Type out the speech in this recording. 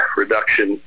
reduction